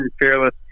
fearless